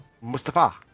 Mustafa